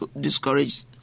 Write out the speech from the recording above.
discouraged